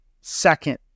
second